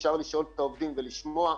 אפשר לשאול את העובדים ולשמוע.